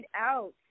out